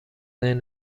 ذهن